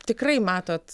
tikrai matot